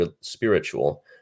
spiritual